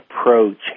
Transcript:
approach